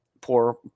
poor